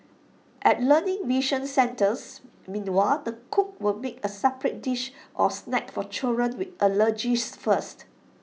at learning vision centres meanwhile the cook will make A separate dish or snack for children with allergies first